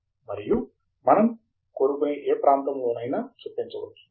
మరియు మనం కోరుకునే ఏ ప్రదేశంలోనైనా చొప్పించవచ్చు